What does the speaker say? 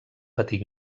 patir